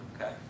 Okay